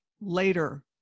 later